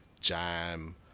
Jam